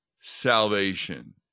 salvation